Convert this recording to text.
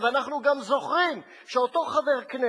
ואנחנו גם זוכרים שאותו חבר כנסת,